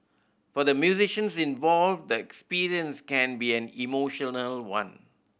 for the musicians involved the experience can be an emotional one